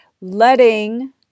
Letting